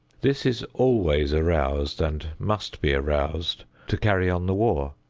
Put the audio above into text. this is always aroused and must be aroused to carry on the war.